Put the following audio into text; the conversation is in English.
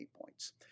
points